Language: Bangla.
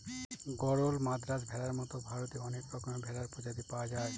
গরল, মাদ্রাজ ভেড়ার মতো ভারতে অনেক রকমের ভেড়ার প্রজাতি পাওয়া যায়